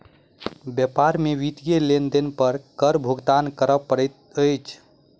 व्यापार में वित्तीय लेन देन पर कर भुगतान करअ पड़ैत अछि